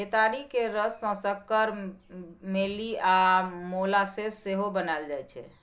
केतारी केर रस सँ सक्कर, मेली आ मोलासेस सेहो बनाएल जाइ छै